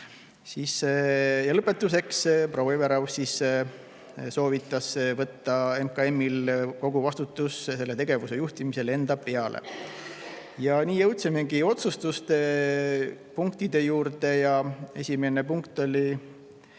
Ja lõpetuseks proua Everaus soovitas võtta MKM-il kogu vastutus selle tegevuse juhtimisel enda peale. Ja nii jõudsimegi otsustuspunktide juurde. Esimene punkt oli,